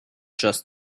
just